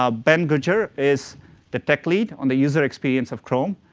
ah ben goodger is the tech lead on the user experience of chrome.